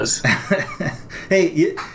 Hey